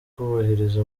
kubahiriza